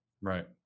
Right